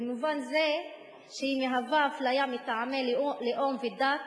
במובן זה שהיא מהווה אפליה מטעמי לאום ודת